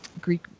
Greek